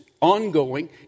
ongoing